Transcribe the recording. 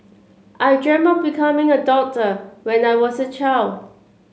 I dreamt up becoming a doctor when I was a child